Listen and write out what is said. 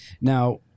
Now